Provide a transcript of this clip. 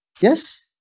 Yes